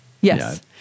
yes